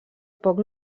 poc